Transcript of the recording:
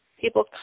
people